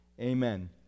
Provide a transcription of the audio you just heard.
Amen